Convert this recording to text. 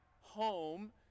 home